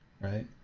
Right